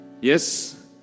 Yes